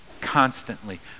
Constantly